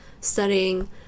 studying